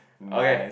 okay